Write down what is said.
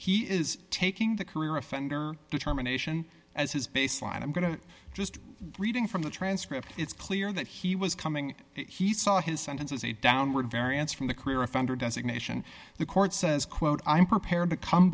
he is taking that career offender determination as his baseline i'm going to just reading from the transcript it's clear that he was coming he saw his sentence as a downward variance from the career offender designation the court says quote i'm prepared to come